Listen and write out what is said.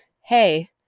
hey